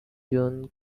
june